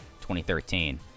2013